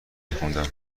میخوندم